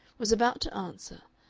was about to answer,